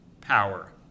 power